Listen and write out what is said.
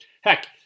Heck